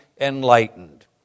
enlightened